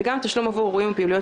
ובנוסף תשלום עבור אירועים ופעילויות